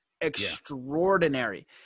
extraordinary